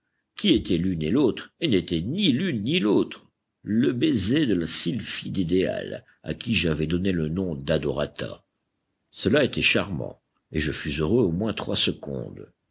qui était l'une et l'autre et n'était ni l'une ni l'autre le baiser de la sylphide idéale à qui j'avais donné le nom d'adorata cela était charmant et je fus heureux au moins trois secondes